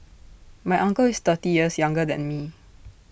my uncle is thirty years younger than me